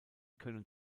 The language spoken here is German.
können